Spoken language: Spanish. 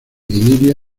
iliria